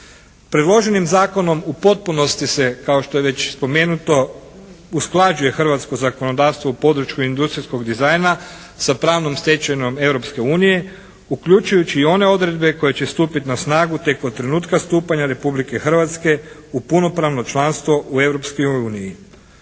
Predloženim Zakonom u potpunosti se kao što je već spomenuto usklađuje hrvatsko zakonodavstvo u području industrijskog dizajna sa pravnom stečevinom Europske unije uključujući i one odredbe koje će stupiti na snagu tek od trenutka stupanja Republike Hrvatske u punopravno članstvo u